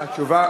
אה, תשובה